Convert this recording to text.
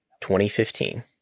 2015